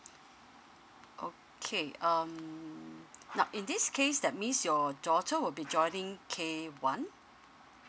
okay um now in this case that means your daughter will be joining K one